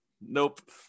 Nope